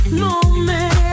moment